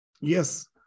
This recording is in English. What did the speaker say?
Yes